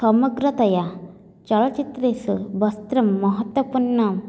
समग्रतया चलचित्रेषु वस्त्रं महत्त्वपूर्णं